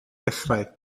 dechrau